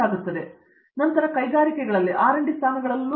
ಅರಂದಾಮ ಸಿಂಗ್ ನಂತರ ಕೈಗಾರಿಕೆಗಳು R D ಸ್ಥಾನಗಳಲ್ಲಿ